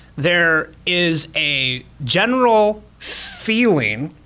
there is a general feeling,